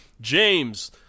James